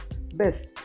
best